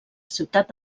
ciutat